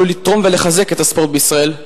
יכולים לתרום ולחזק את הספורט בישראל,